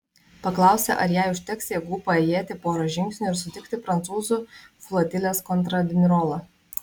paklausė ar jai užteks jėgų paėjėti porą žingsnių ir sutikti prancūzų flotilės kontradmirolą